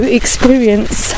experience